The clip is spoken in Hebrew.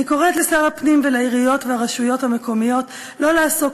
אני קוראת לשר הפנים ולעיריות ולרשויות המקומיות לא לעסוק